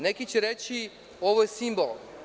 Neki će reći – ovo je simbol.